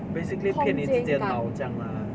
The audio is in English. basically 骗你自己的脑这样啦